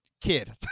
kid